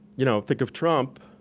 you know think of trump,